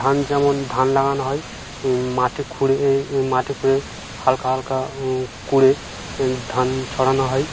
ধান যেমন ধান লাগানো হয় মাটি খুঁড়ে মাটি খুঁড়ে হালকা হালকা কুঁড়ে ধান ছড়ানো হয়